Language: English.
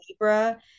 Libra